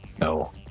No